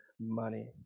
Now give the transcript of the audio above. money